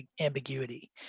ambiguity